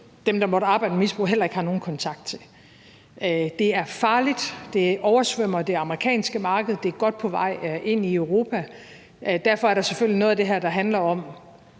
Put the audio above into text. dem, der måtte arbejde med misbrug, heller ikke har nogen kontakt til. Det er farligt; det oversvømmer det amerikanske marked; det er godt på vej ind i Europa. Derfor er der selvfølgelig noget af det her, der handler om